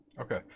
Okay